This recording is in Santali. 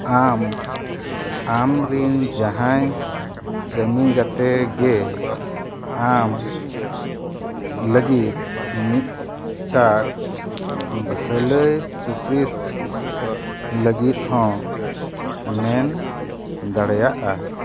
ᱟᱢ ᱟᱢᱨᱮᱱ ᱡᱟᱦᱟᱸᱭ ᱠᱟᱹᱢᱤ ᱜᱟᱛᱮᱜᱮ ᱟᱢ ᱞᱟᱹᱜᱤᱫ ᱢᱤᱫᱴᱟᱝ ᱵᱷᱟᱹᱞᱟᱹᱭ ᱥᱩᱯᱟᱨᱤᱥ ᱞᱟᱹᱜᱤᱫ ᱦᱚᱸ ᱢᱮᱱ ᱫᱟᱲᱮᱭᱟᱜᱼᱟ